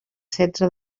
setze